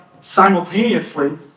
simultaneously